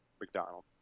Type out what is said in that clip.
McDonald